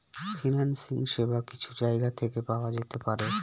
financing সেবা কিছু জায়গা থেকে পাওয়া যেতে পারে